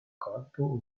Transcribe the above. corpo